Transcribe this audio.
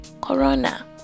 corona